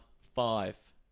Five